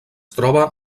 troba